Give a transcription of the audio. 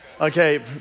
Okay